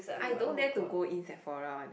I don't dare to go in Sephora one leh